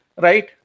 right